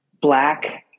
Black